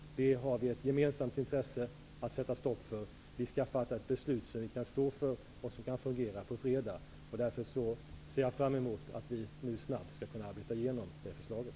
Det har vi ett gemensamt intresse av att sätta stopp för. Vi skall på fredag fatta beslut som vi kan stå för och som kan fungera. Därför ser jag fram emot att vi snabbt skall kunna arbeta igenom förslaget.